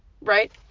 right